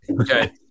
Okay